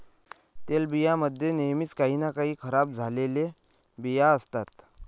तेलबियां मध्ये नेहमीच काही ना काही खराब झालेले बिया असतात